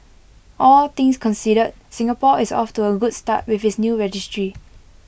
all things considered Singapore is off to A good start with its new registry